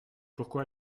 pourquoi